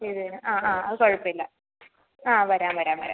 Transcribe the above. ശരി എന്നാല് ആ ആ അതു കുഴപ്പമില്ല ആ വരാം വരാം വരാം